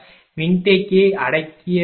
u என இருந்தால் மின்தேக்கியை அடக்கிய பின் 0